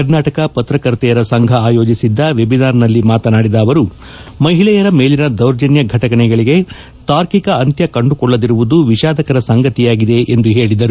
ಕರ್ನಾಟಕ ಪತ್ರಕರ್ತೆಯರ ಸಂಘ ಆಯೋಜಿಸಿದ್ದ ವೆಬಿನಾರ್ನಲ್ಲಿ ಮಾತನಾಡಿದ ಅವರು ಮಹಿಳೆಯರ ಮೇಲಿನ ದೌರ್ಜನ್ಯ ಘಟನೆಗಳಿಗೆ ತಾರ್ಕಿಕ ಅಂತ್ಯ ಕಂಡುಕೊಳ್ಳದಿರುವುದು ವಿಷಾದಕರ ಸಂಗತಿಯಾಗಿದೆ ಎಂದು ಹೇಳಿದರು